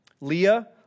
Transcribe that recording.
Leah